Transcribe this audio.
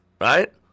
right